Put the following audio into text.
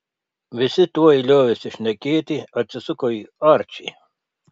visi tuoj liovėsi šnekėti atsisuko į arčį